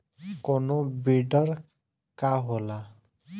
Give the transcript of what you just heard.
कोनो बिडर का होला?